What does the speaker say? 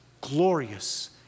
glorious